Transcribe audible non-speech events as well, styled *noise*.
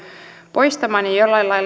poistamaan ja jollain lailla *unintelligible*